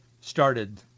started